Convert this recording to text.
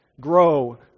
Grow